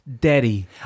daddy